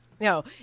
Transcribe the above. No